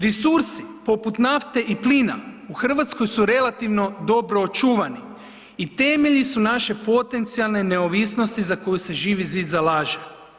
Resursi poput nafte i plina u Hrvatskoj su relativno dobro očuvani i temelji su naše potencijalne neovisnosti za koju se Živi zid zalaže.